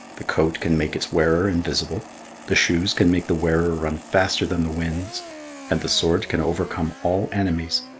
the coat can make its wearer invisible the shoes can make the wearer run faster than the winds and the sword can overcome all enemies.